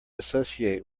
associate